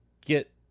get